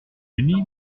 puni